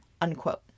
unquote